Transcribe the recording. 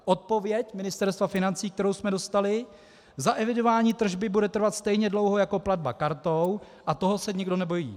Odpověď Ministerstva financí, kterou jsme dostali: Zaevidování tržby bude trvat stejně dlouho jako platba kartou a toho se nikdo nebojí.